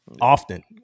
often